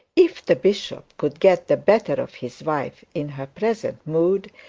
if the bishop could get the better of his wife in her present mood,